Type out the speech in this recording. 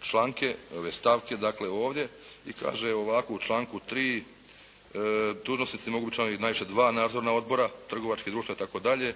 članke, ove stavke ovdje i kaže ovako u članku 3. dužnosnici se učlaniti u najviše dva nadzorna odbora, trgovačka društva itd.